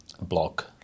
block